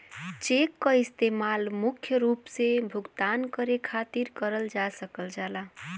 check क इस्तेमाल मुख्य रूप से भुगतान करे खातिर करल जा सकल जाला